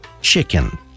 chicken